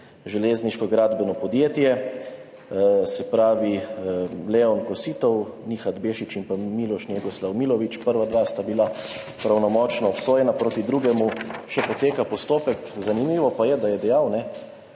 Železniško gradbeno podjetje Ljubljana, se pravi Leon Kostiov, Nihad Bešić in pa Miloš Njegoslav Milović. Prva dva sta bila pravnomočno obsojena, proti drugemu še poteka postopek. Zanimivo pa je, da je dejal, s